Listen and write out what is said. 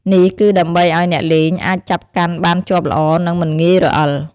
នេះគឺដើម្បីឱ្យអ្នកលេងអាចចាប់កាន់បានជាប់ល្អ និងមិនងាយរអិល។